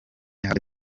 hagati